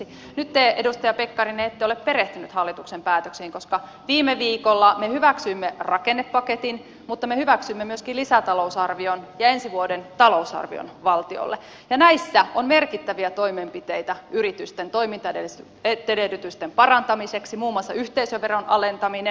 nyt te edustaja pekkarinen ette ole perehtynyt hallituksen päätöksiin koska viime viikolla me hyväksyimme rakennepaketin mutta me hyväksyimme myöskin lisätalousarvion ja ensi vuoden talousarvion valtiolle ja näissä on merkittäviä toimenpiteitä yritysten toimintaedellytysten parantamiseksi muun muassa yhteisöveron alentaminen